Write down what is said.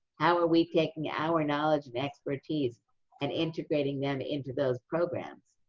how are we taking our knowledge and expertise and integrating them into those programs?